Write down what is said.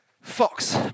fox